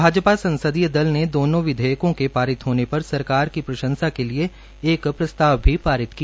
भाजपा संसदीय दल ने दोनों विधेयक पारित होने पर सरकार की प्रशंसा के लिए एक प्रस्ताव भी पारित किया